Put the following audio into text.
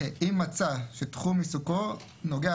אם מצא שתחום עיסוקו נוגע,